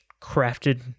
crafted